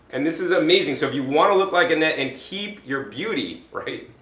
and this is amazing. so if you want to look like annette and keep your beauty, right,